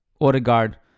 Odegaard